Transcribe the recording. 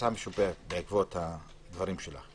בעקבות הדברים שלך: